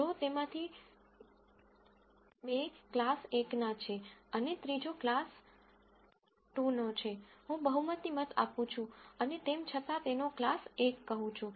જો તેમાંથી બે ક્લાસ 1 ના છે અને ત્રીજો ક્લાસ 2 નો છે હું બહુમતી મત આપું છું અને તેમ છતાં તેનો ક્લાસ 1 કહું છું